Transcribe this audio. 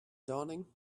daunting